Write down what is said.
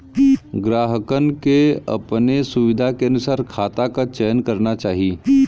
ग्राहकन के अपने सुविधा के अनुसार खाता क चयन करना चाही